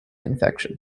infection